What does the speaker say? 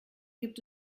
gibt